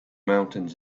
mountains